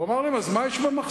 הוא אמר להם: אז מה יש במחסנים?